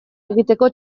egiteko